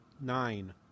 Nine